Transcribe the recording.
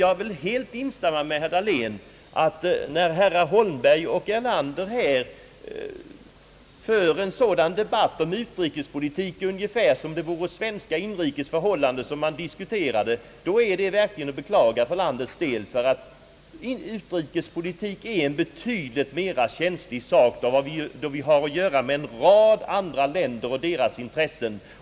Jag vill helt instämma med herr Dahlén då han säger att när herrar Holmberg och Erlander här för en debatt om utrikespolitik ungefär som om man diskuterade svenska inrikes förhållanden så är det verkligen att beklaga för landets del. Utrikespolitik är en betydligt mera känslig sak, då vi har att göra med en rad andra länder och deras intressen.